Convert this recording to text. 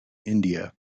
india